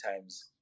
times